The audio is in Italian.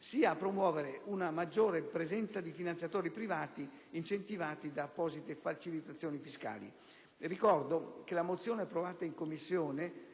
sia a promuovere una maggiore presenza di finanziatori privati incentivati da apposite facilitazioni fiscali. Ricordo che la risoluzione approvata in Commissione